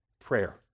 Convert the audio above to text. Prayer